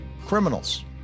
Criminals